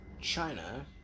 China